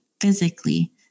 physically